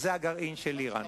הגרעין של אירן.